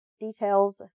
Details